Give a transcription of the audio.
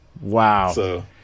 Wow